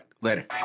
Later